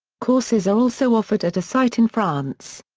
courses are also offered at a site in france.